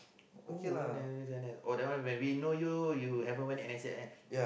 oh when the the the that one when we know you you haven't went N_S yet kan